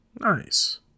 Nice